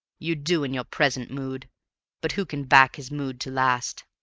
you do in your present mood but who can back his mood to last?